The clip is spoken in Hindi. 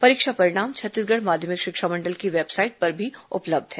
परीक्षा परिणाम छत्तीसगढ़ माध्यमिक शिक्षा मंडल की वेबसाइट पर भी उपलब्ध है